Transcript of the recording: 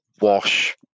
Wash